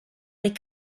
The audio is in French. les